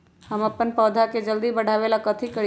हम अपन पौधा के जल्दी बाढ़आवेला कथि करिए?